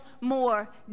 more